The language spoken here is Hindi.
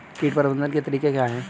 कीट प्रबंधन के तरीके क्या हैं?